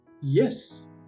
Yes